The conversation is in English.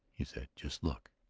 he said. just look.